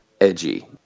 edgy